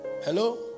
Hello